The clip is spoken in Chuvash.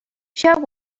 ҫав